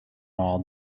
all